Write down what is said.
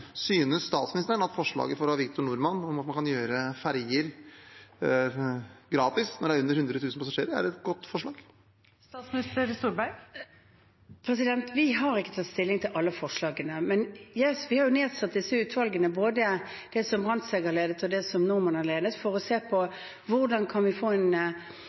Synes statsministeren at forslaget fra Victor Norman om å gjøre ferjer gratis når det er under 100 000 passasjerer, er et godt forslag? Vi har ikke tatt stilling til alle forslagene, men vi har jo nedsatt disse utvalgene, både det Brandtzæg har ledet, og det Norman har ledet, for å se på hvordan vi kan få vridninger i distriktspolitikken som bidrar til at vi